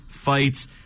fights